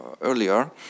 earlier